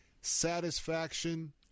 satisfaction